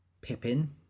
Pippin